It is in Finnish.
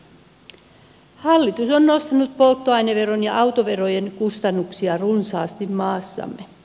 hallitus on nostanut polttoaineveron ja autoverojen kustannuksia runsaasti maassamme